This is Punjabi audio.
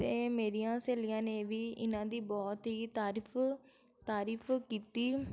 ਅਤੇ ਮੇਰੀਆਂ ਸਹੇਲੀਆਂ ਨੇ ਵੀ ਇਹਨਾਂ ਦੀ ਬਹੁਤ ਹੀ ਤਾਰੀਫ ਤਾਰੀਫ ਕੀਤੀ